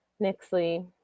nixley